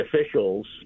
officials